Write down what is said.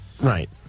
right